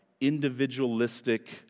individualistic